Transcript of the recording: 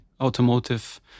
automotive